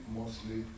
mostly